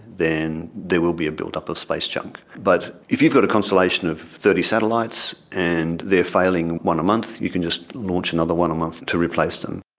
then there will be a build-up of space junk. but if you've got a constellation of thirty satellites and they are failing one a month, you can just launch another one a month to replace them.